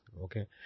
Okay